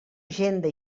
agenda